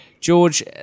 George